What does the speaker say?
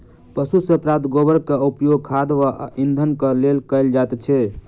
पशु सॅ प्राप्त गोबरक उपयोग खाद आ इंधनक लेल कयल जाइत छै